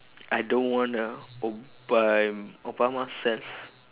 I don't want a all by obama self